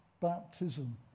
baptism